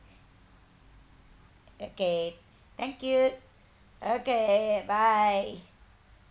okay thank you okay bye